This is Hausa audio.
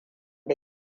da